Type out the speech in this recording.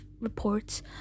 reports